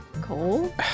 Cole